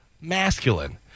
masculine